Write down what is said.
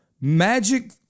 Magic